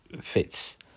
fits